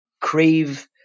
crave